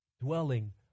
dwelling